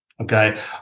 okay